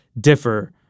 differ